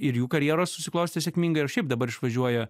ir jų karjeros susiklostė sėkmingai ir šiaip dabar išvažiuoja